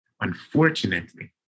Unfortunately